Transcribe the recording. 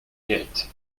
mérite